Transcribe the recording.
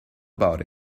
about